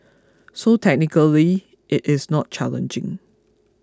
so technically it is not challenging